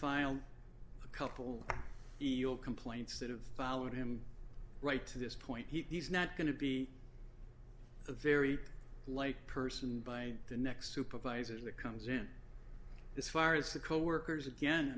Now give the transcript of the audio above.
filed a couple complaints that have followed him right to this point he's not going to be a very light person by the next supervisor that comes in this fire is the co workers again